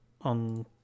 on